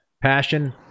passion